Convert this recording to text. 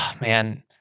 Man